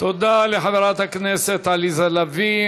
תודה לחברת הכנסת עליזה לביא.